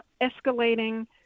escalating